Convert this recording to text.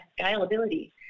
scalability